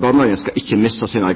barnehagen skal ikkje misse sin